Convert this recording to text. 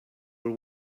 will